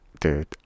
dude